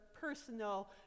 personal